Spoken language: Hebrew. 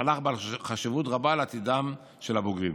מהלך בעל חשיבות רבה לעתידם של הבוגרים.